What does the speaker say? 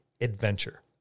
adventure